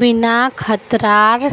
बिना खतरार